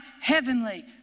heavenly